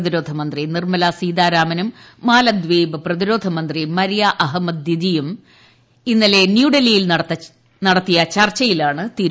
പ്രതിരോധമന്ത്രി നിർമ്മലാ സീതാരാമനും മാലദ്വീപ് പ്രതിരോധമന്ത്രി മരിയ അഹമ്മദ് ദിദിയും തമ്മിൽ ഇന്നലെ ന്യൂഡൽഹിയിൽ നടത്തിയ ചർച്ചയിലാണ് തിരുമാനമെടുത്തത്